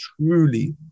truly